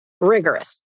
Rigorous